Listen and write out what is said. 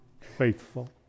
faithful